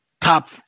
Top